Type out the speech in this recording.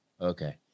okay